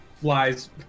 flies